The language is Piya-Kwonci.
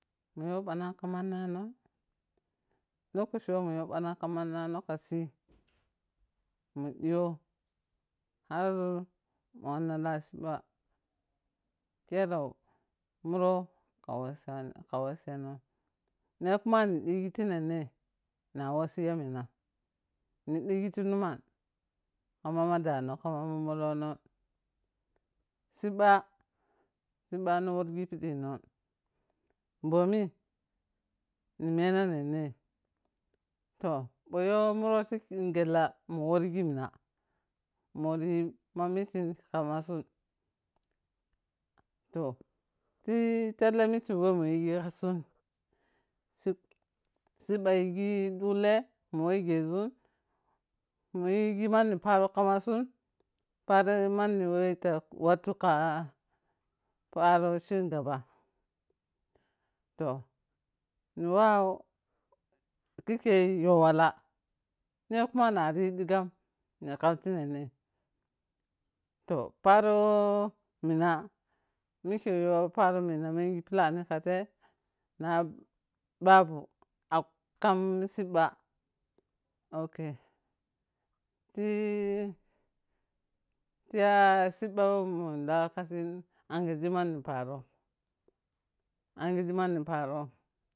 Mu you baɗan ka manano kasima ɗiyo har ma wana lau siɓa khere murou. Ka wasano ka wasano ne kuma m dewo fe nenei na wosi yaminam ni digi fe naman kama ma dano kama molono siɓa siɓano wangi binino bhomi ni mena nenei toh bho you maro ti ghela nowurgi mina ma worgi ma mitin kasun sungtoh ti talha makin wo ma yigi ka su sib siba yigi dagle mu wese zun muyi gi mani paro ka sun paro ari wefa watu ka mani chin gabba- tah ni wau kekei you walla ne kuma nariyi ɗigam ni kam ti nenei, toh paro mina mike you para mina menji palani ka fai na babu kau kam siba ok! Ti-fiya soɓa wo mun lau ka sin anghiye mani parom anshes mani parom.